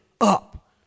up